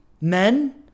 men